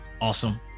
awesome